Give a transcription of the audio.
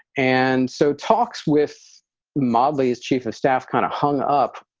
and so talks with motley's chief of staff kind of hung up.